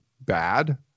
bad